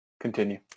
Continue